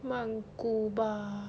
曼谷吧